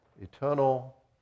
Eternal